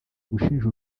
gushinja